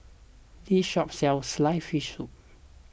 this shop sells Sliced Fish Soup